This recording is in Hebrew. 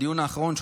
בדיון האחרון,